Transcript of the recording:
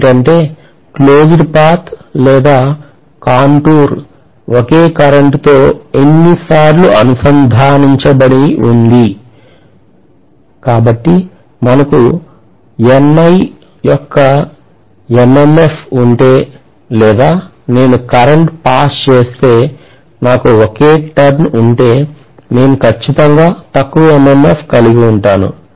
ఏమిటంటే closed path లేదా contour ఒకే కరెంటుతో ఎన్నిసార్లు అనుసంధానించబడి ఉంది కాబట్టి మనకు NI యొక్క MMF ఉంటే లేదా నేను కరెంట్ పాస్ చేస్తే నాకు ఒకే టర్న్ ఉంటే నేను ఖచ్చితంగా తక్కువ MMF కలిగి ఉంటాను